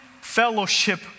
fellowship